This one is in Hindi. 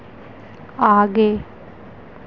आगे